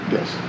Yes